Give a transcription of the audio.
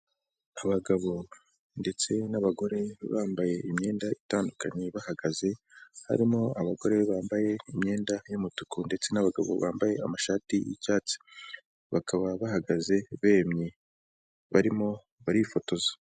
Abagabo ndetse n'abagore bambaye imyenda itandukanye bahagaze, harimo abagore bambaye imyenda y'umutuku ndetse n'abagabo bambaye amashati y'icyatsi, bakaba bahagaze bemye barimo barifotoza.